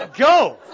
Go